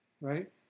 right